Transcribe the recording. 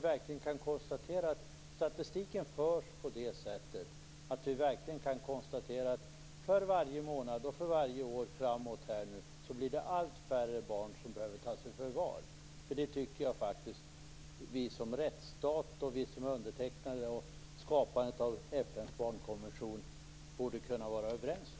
Statistiken skall föras på det sättet att vi kan konstatera att allt färre barn behöver tas i förvar för varje månad och för varje år. Det tycker jag faktiskt att vi i Sverige, som är en rättsstat och som undertecknade och var med och skapade FN:s barnkonvention, borde kunna vara överens om.